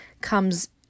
comes